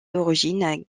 d’origine